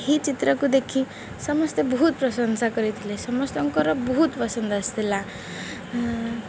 ଏହି ଚିତ୍ରକୁ ଦେଖି ସମସ୍ତେ ବହୁତ ପ୍ରଶଂସା କରିଥିଲେ ସମସ୍ତଙ୍କର ବହୁତ ପସନ୍ଦ ଆସିଥିଲା